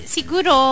Siguro